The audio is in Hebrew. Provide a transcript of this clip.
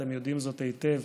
אתם יודעים זאת היטב.